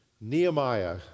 Nehemiah